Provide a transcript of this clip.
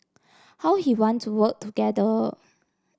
how he want to work together